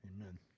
Amen